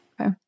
Okay